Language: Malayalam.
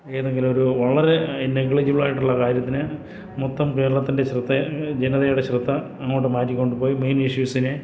ഏതെങ്കിലും ഒരു വളരെ നെഗ്ലിജിബിളായിട്ടുള്ള കാര്യത്തിന് മൊത്തം കേരളത്തിൻ്റെ ശ്രദ്ധ ജനതയുടെ ശ്രദ്ധ അങ്ങോട്ടു മാറ്റികൊണ്ടു പോയി മെയിൻ ഇഷ്യൂസിനെ